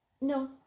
No